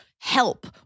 help